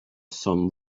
some